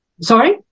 Sorry